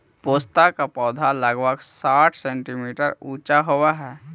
पोस्ता का पौधा लगभग साठ सेंटीमीटर ऊंचा होवअ हई